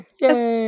Yes